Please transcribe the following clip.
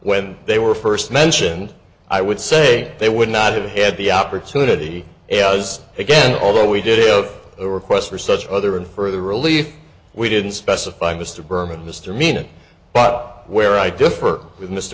when they were first mentioned i would say they would not have had the opportunity yes again although we did have a request for such other and further relief we didn't specify mr berman mr mean but where i differ with m